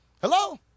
Hello